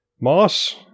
Moss